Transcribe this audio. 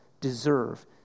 deserve